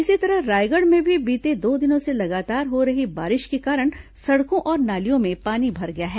इसी तरह रायगढ़ में भी बीते दो दिनों से लगातार हो रही बारिश के कारण सड़कों और नालियों में पानी भर गया है